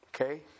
Okay